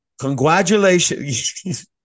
congratulations